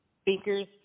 speakers